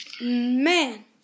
Man